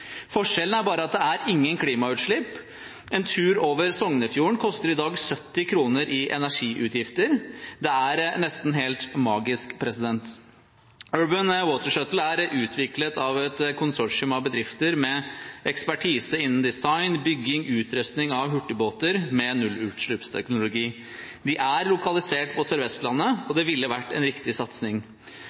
Forskjellen er bare at det er ingen klimautslipp. En tur over Sognefjorden koster i dag 70 kr i energiutgifter. Det er nesten helt magisk. Urban Water Shuttle er utviklet av et konsortium av bedrifter med ekspertise innen design, bygging og utrustning av hurtigbåter med nullutslippsteknologi. De er lokalisert på Sør-Vestlandet, og det ville vært en riktig satsing.